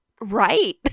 right